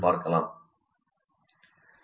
மன வரைபடத்தைப் பயன்படுத்தி